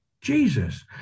Jesus